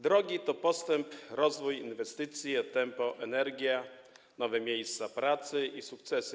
Drogi to postęp, rozwój inwestycji, tempo, energia, nowe miejsca pracy i sukcesy.